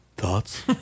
Thoughts